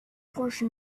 portion